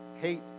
hate